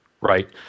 right